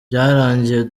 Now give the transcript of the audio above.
byarangiye